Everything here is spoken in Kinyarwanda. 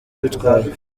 bitwaye